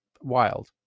wild